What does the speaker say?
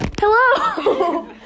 Hello